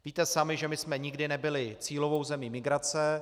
Víte sami, že my jsme nikdy nebyli cílovou zemí migrace.